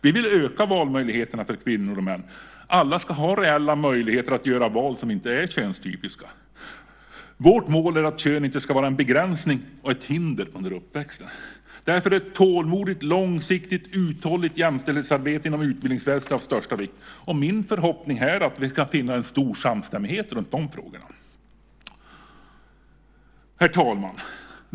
Vi vill öka valmöjligheterna för kvinnor och män. Alla ska ha reella möjligheter att göra val som inte är könstypiska. Vårt mål är att kön inte ska vara en begränsning och ett hinder under uppväxten. Därför är ett tålmodigt, långsiktigt, uthålligt jämställdhetsarbete inom utbildningsväsendet av största vikt. Och min förhoppning är att vi ska finna en stor samstämmighet runt de frågorna. Herr talman!